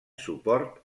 suport